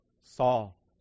Saul